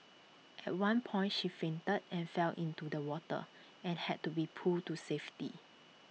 at one point she fainted and fell into the water and had to be pulled to safety